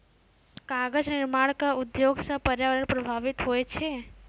कागज निर्माण क उद्योग सँ पर्यावरण प्रभावित होय छै